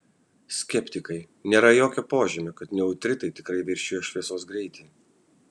skeptikai nėra jokio požymio kad neutrinai tikrai viršijo šviesos greitį